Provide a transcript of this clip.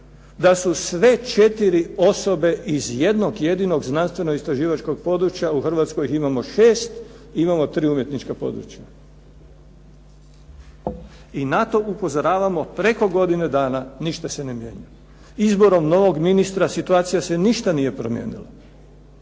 da su sve četiri osobe iz jednog jedinog znanstvenoistraživačkog područja, u Hrvatskoj ih imamo šest, imamo tri umjetnička područja. I na to upozoravamo preko godinu dana, ništa se ne mijenja. Izborom novog ministra situacija se ništa nije promijenila.